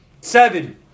Seven